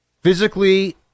physically